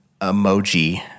emoji